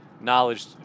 knowledge